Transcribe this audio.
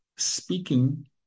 Speaking